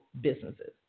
businesses